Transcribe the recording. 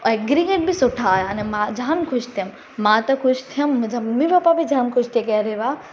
ऐं ग्रेड बि सुठा आया अने मां जामु ख़ुशि थियमि मां त ख़ुश थियमि मुंहिंजा ममी पप्पा बि जामु ख़ुशि थिए कया अड़े वाह